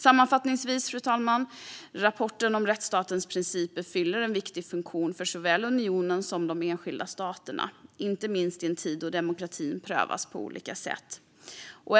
Sammanfattningsvis, fru talman, fyller rapporten om rättsstatens principer en viktig funktion för såväl unionen som de enskilda staterna, inte minst i en tid då demokratin prövas på olika sätt.